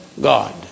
God